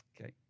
Okay